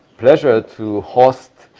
pleasure to host